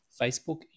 Facebook